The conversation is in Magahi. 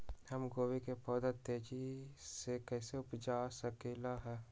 हम गोभी के पौधा तेजी से कैसे उपजा सकली ह?